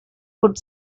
could